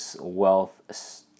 wealth